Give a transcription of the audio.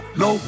no